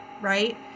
Right